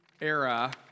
era